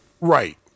Right